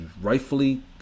rightfully